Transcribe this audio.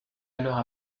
alors